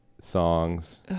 songs